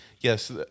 Yes